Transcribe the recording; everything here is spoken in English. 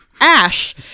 ash